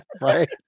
right